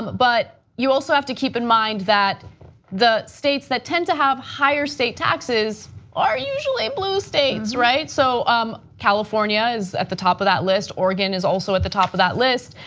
but you also have to keep in mind that the states that tend to have higher state taxes are usually blue states. so um california is at the top of that list, oregon is also at the top of that list.